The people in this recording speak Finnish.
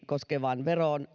koskevaan veroon